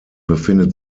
befindet